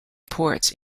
ports